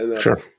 Sure